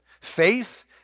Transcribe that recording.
Faith